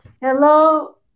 hello